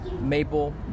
maple